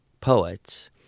poets